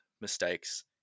mistakes